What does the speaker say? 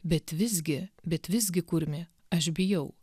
bet visgi bet visgi kurmi aš bijau